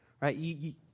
right